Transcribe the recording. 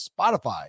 Spotify